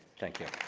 thank you.